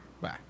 Bye